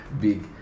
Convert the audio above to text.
big